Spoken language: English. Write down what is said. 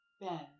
Ben